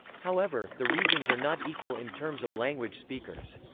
however, the regions are not equal in terms of language speakers.